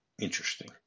Interesting